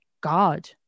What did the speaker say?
god